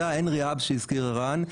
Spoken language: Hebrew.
זה ה- henry hubשהזכיר ערן,